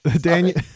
Daniel